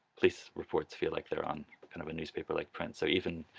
police reports feel like they're on kind of a newspaper-like print. so even